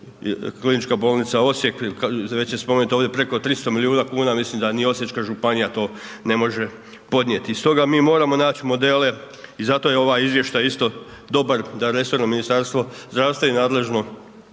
ako KB Osijek, već je spomenuta ovdje, preko 300 milijuna kuna mislim da ni Osječka županija to ne može podnijeti. Stoga mi moramo naći modele i zato je ovaj izvještaj isto dobar da resorno ministarstvo zdravstvo i nadležno